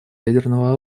ядерного